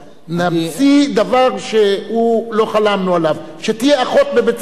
נמציא דבר שלא חלמנו עליו, שתהיה אחות בבית-ספר.